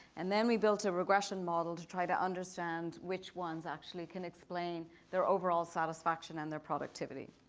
and then we built a regression model to try to understand which ones actually can explain their overall satisfaction and their productivity.